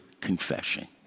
confession